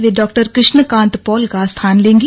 वे डॉ कृष्ण कांत पॉल का स्थान लेंगी